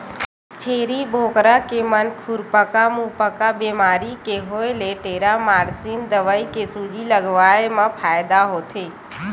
छेरी बोकरा के म खुरपका मुंहपका बेमारी के होय ले टेरामारसिन दवई के सूजी लगवाए मा फायदा होथे